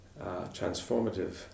transformative